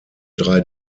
drei